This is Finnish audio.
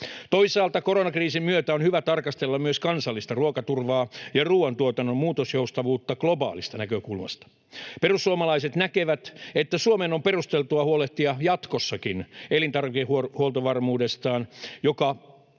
Toisaalta koronakriisin myötä on hyvä tarkastella myös kansallista ruokaturvaa ja ruoantuotannon muutosjoustavuutta globaalista näkökulmasta. Perussuomalaiset näkevät, että Suomen on perusteltua huolehtia jatkossakin elintarvikehuoltovarmuudestaan, jonka